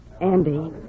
Andy